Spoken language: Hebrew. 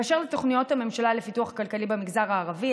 באשר לתוכניות הממשלה לפיתוח כלכלי במגזר הערבי,